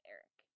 Eric